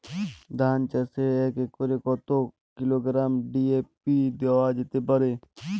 ধান চাষে এক একরে কত কিলোগ্রাম ডি.এ.পি দেওয়া যেতে পারে?